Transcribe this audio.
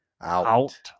out